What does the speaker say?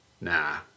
Nah